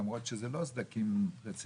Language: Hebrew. למרות שזה לא סדקים רציניים.